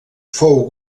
fou